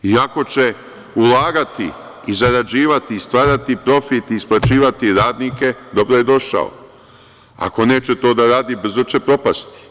I ako će ulagati i zarađivati i stvarati profit i isplaćivati radnike, dobro je došao, ako neće to da radi, brzo će propasti.